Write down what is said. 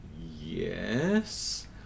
Yes